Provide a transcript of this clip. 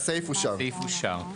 הסעיף אושר.